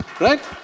Right